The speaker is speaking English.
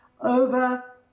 over